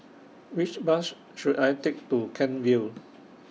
Which Bus should I Take to Kent Vale